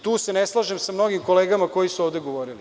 Tu se ne slažem sa mnogim kolegama koje su ovde govorile.